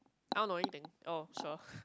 I don't know anything oh sure